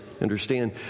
Understand